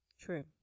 True